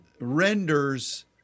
renders